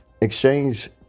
exchange